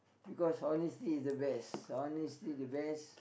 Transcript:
because honesty is the best honesty the best